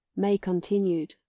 may continued,